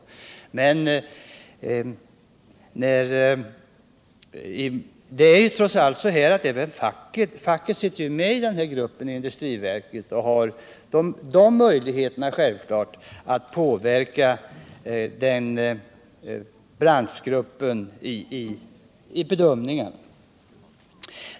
Emellertid sitter facket med i den här gruppen i industriverket och har självklart möjligheter att påverka gruppens bedömning.